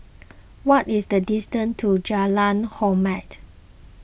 what is the distance to Jalan Hormat